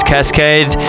Cascade